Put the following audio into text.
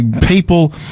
people